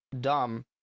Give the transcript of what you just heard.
dumb